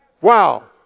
Wow